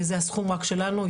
זה הסכום רק שלנו,